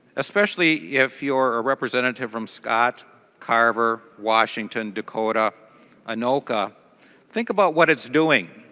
especially if you are representative from scott carver washington dakota anoka think about what it is doing.